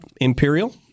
Imperial